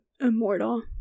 immortal